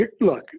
Look